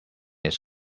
its